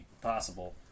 possible